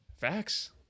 Facts